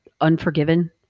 Unforgiven